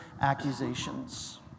accusations